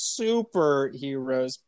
superheroes